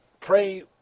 pray